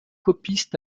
copistes